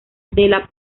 della